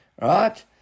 right